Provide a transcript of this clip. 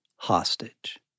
hostage